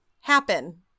happen